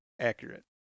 accurate